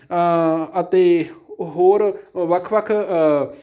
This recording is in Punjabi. ਅਤੇ ਹੋਰ ਵੱਖ ਵੱਖ